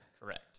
Correct